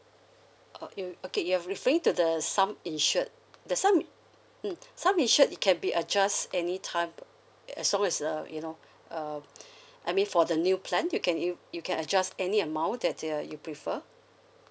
oh okay you're referring to the some insured the sum mm some insured it can be adjust any time as long as uh you know uh I mean for the new plan you can you you can adjust any amount that uh you prefer